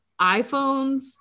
iPhones